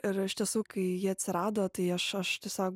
ir iš tiesų kai ji atsirado tai aš aš tiesiog